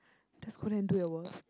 just go there do your work